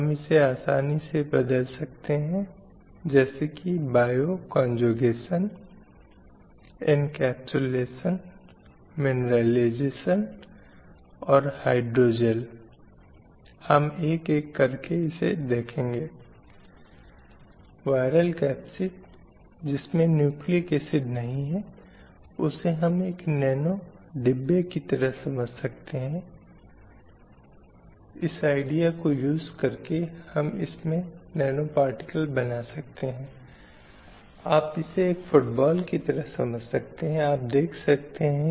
क्योंकि उन्हें लगता है कि वह जो उनसे अपेक्षित है और समाज उन्हें एक विशेष तरीके से देखेगा यदि वे उन मानदंडों का पालन करते हैं और समाज उन्हें अस्वीकार कर देगा या उन्हें बुरा होने के रूप में देखेगा